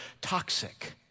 toxic